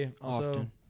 often